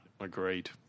agreed